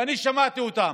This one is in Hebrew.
ואני שמעתי אותם,